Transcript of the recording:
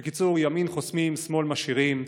בקיצור, ימין חוסמים, שמאל משאירים.